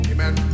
Amen